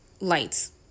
lights